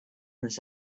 this